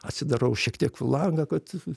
atsidarau šiek tiek langą kad